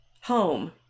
home